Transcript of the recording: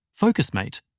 Focusmate